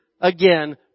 again